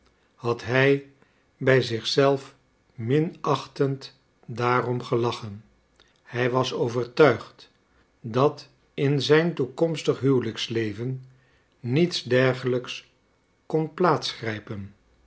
had hij bij zich zelf minachtend daarom gelachen hij was overtuigd dat in zijn toekomstig huwelijksleven niets dergelijks kon plaats grijpen